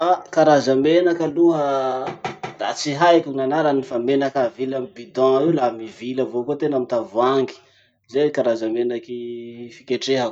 Ah! karaza menaky aloha, da tsy haiko gn'anarany fa menaky avily amy bidon io la mivily avao koa tena amy tavoangy. Zay karaza menaky fiketrehako.